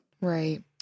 Right